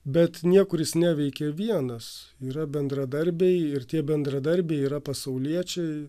bet niekur jis neveikė vienas yra bendradarbiai ir tie bendradarbiai yra pasauliečiai